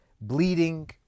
bleeding